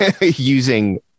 using